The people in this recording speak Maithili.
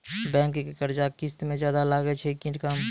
बैंक के कर्जा किस्त मे ज्यादा लागै छै कि कम?